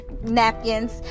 napkins